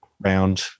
round